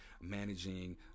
managing